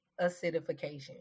acidification